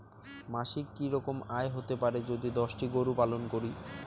মাসিক কি রকম আয় হতে পারে যদি দশটি গরু পালন করি?